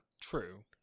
True